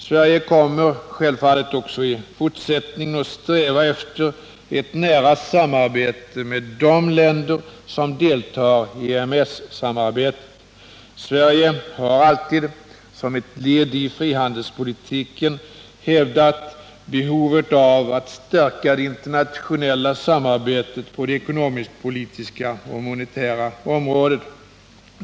Sverige kommer självfallet också i fortsättningen att sträva efter ett nära samarbete med de länder som deltar i EMS-samarbetet. Sverige har alltid, som ett led i frihandelspolitiken, hävdat behovet av att stärka det internationella samarbetet på det ekonomisk-politiska och monetära området.